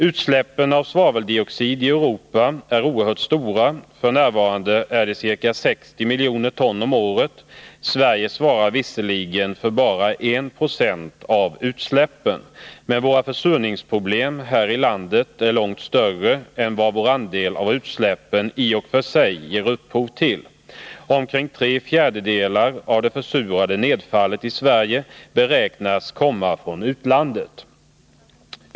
Utsläppen av svaveldioxid i Europa är oerhört stora, f. n. ca 60 miljoner ton om året. Sverige svarar visserligen för bara 1 96 av utsläppen, men våra försurningsproblem här i landet är långt större än vad vår andel av utsläppen i och för sig ger upphov till. Omkring tre fjärdedelar av det försurande nedfallet i Sverige beräknas komma från utlandet.